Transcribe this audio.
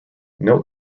note